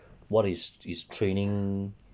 what is his training